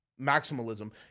maximalism